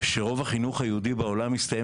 שהרוב החינוך היהודי בעולם מסתיים